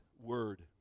word